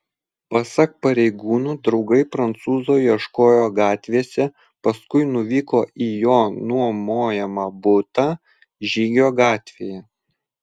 pasak pareigūnų draugai prancūzo ieškojo gatvėse paskui nuvyko į jo nuomojamą butą žygio gatvėje